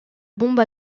bombe